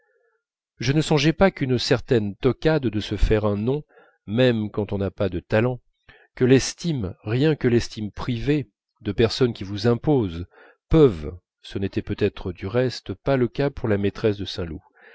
je ne songeais pas qu'une certaine toquade de se faire un nom même quand on n'a pas de talent que l'estime rien que l'estime privée de personnes qui vous imposent peuvent